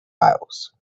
house